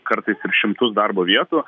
kartais ir šimtus darbo vietų